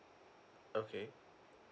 okay